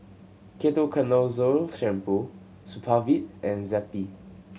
Ketoconazole Shampoo Supravit and Zappy